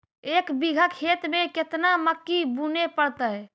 एक बिघा खेत में केतना मकई बुने पड़तै?